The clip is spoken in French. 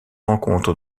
rencontre